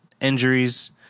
injuries